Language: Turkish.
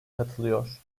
katılıyor